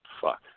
Fuck